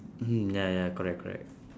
mm ya ya correct correct